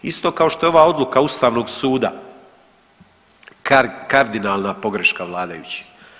Isto kao što je ova odluka ustavnog suda kardinalna pogreška vladajućih.